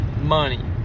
Money